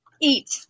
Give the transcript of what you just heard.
Eat